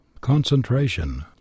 Concentration